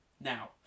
Now